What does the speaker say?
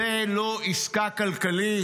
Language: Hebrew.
זו לא עסקה כלכלית,